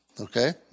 Okay